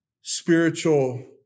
spiritual